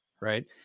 right